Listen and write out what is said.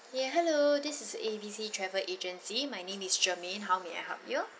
ya hello this is A_B_C travel agency my name is germane how may I help you